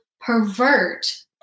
pervert